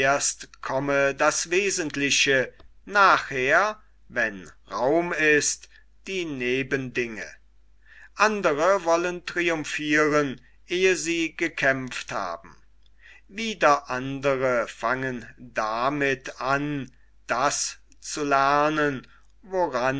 komme das wesentliche nachher wenn raum ist die nebendinge andre wollen triumphiren ehe sie gekämpft haben wieder andre fangen damit an das zu lernen woran